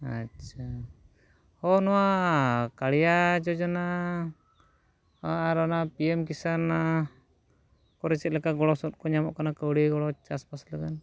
ᱟᱪᱪᱷᱟ ᱦᱚᱸ ᱱᱚᱣᱟ ᱠᱟᱬᱭᱟ ᱡᱳᱡᱚᱱᱟ ᱟᱨ ᱚᱱᱟ ᱯᱤ ᱮᱢ ᱠᱤᱥᱟᱱ ᱠᱚᱨᱮ ᱪᱮᱫ ᱞᱮᱠᱟ ᱜᱚᱲᱚ ᱥᱚᱯᱚᱦᱚᱫ ᱠᱚ ᱧᱟᱢᱚᱜ ᱠᱟᱱᱟ ᱠᱟᱹᱣᱰᱤ ᱜᱚᱲᱚ ᱪᱟᱥᱵᱟᱥ ᱞᱟᱹᱜᱤᱫ